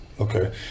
Okay